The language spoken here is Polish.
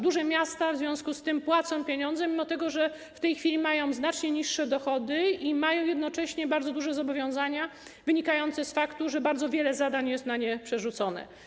Duże miasta w związku z tym płacą pieniądze, mimo że w tej chwili mają znacznie niższe dochody i mają jednocześnie bardzo duże zobowiązania wynikające z faktu, że bardzo wiele zadań na nie przerzucono.